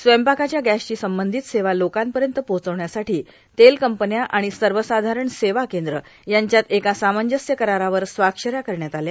स्वयंपाकाच्या गॅसशी संबंधित सेवा लोकांपर्यंत पोहोचवण्यासाठी तेलकंपन्या आणि सर्वसाधारण सेवा केंद्र यांच्या एका सामंजस्य करारावर स्वाक्षऱ्या करण्यात आल्या